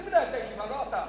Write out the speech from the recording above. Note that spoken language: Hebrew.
אני מנהל את הישיבה, ולא אתה.